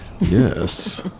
yes